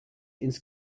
ins